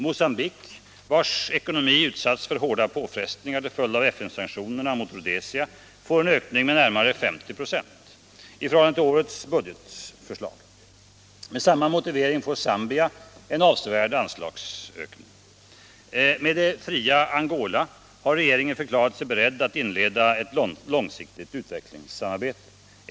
Mogambique, vars ekonomi utsatts för hårda påfrestningar till följd av FN-sanktionerna mot Rhodesia, får en ökning med närmare 50 9 i förhållande till årets budget. Med samma motivering får också Zambia en avsevärd anslagsökning. Med det fria Angola har regeringen förklarat sig beredd att inleda ett långsiktigt utvecklingsarbete.